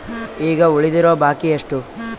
ಈಗ ಉಳಿದಿರೋ ಬಾಕಿ ಎಷ್ಟು?